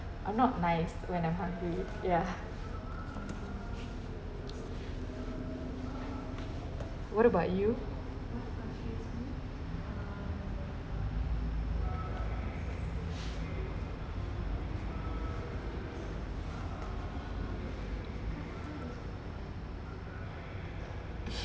I'm not nice when I'm hungry ya what about you